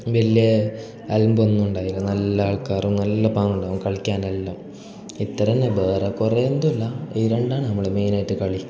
വലിയ അൻപൊന്നും ഉണ്ടാകില്ല നല്ല ആൾക്കാറും നല്ല പാങ്ങുണ്ടാകും കളിക്കാനെല്ലാം ഇത്ര തന്നെ വേറെ കുറേ എന്തുമല്ല ഈ രണ്ടാണ് നമ്മൾ മെയ്നായിട്ട് കളി